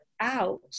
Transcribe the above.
out